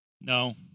No